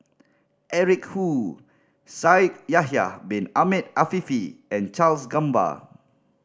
Eric Khoo Shaikh Yahya Bin Ahmed Afifi and Charles Gamba